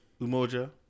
Umoja